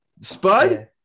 Spud